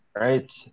right